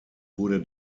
wurde